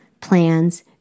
plans